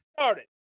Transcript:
started